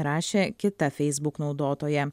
rašė kita facebook naudotoja